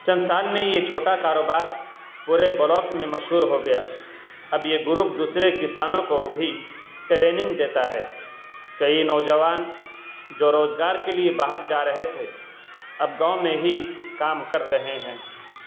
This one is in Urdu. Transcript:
چند سال میں یہ چھوٹا کاروبار پورے بلاک میں مشہور ہو گیا اب یہ گروپ دوسرے کسانوں کو بھی ٹریننگ دیتا ہے کئی نوجوان جو روزگار کے لیے باہر جا رہے تھے اب گاؤں میں ہی کام کر رہے ہیں